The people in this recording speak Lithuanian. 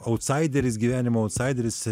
autsaideris gyvenimo autsaideris